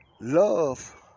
Love